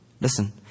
Listen